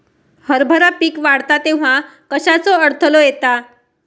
हरभरा पीक वाढता तेव्हा कश्याचो अडथलो येता?